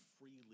freely